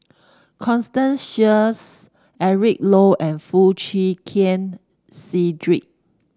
Constance Sheares Eric Low and Foo Chee Keng Cedric